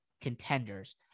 contenders